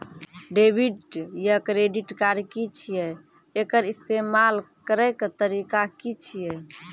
Debit या credit card की छियै? एकर इस्तेमाल करैक तरीका की छियै?